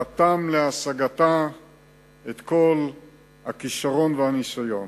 רתם להשגתה את כל הכשרון והניסיון.